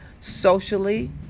socially